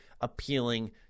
appealing